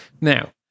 Now